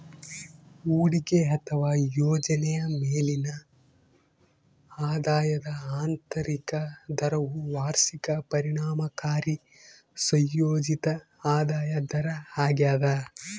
ಹೂಡಿಕೆ ಅಥವಾ ಯೋಜನೆಯ ಮೇಲಿನ ಆದಾಯದ ಆಂತರಿಕ ದರವು ವಾರ್ಷಿಕ ಪರಿಣಾಮಕಾರಿ ಸಂಯೋಜಿತ ಆದಾಯ ದರ ಆಗ್ಯದ